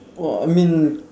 oh I mean